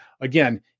Again